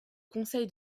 conseil